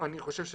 נכון.